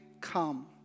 come